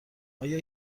آیا